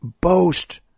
boast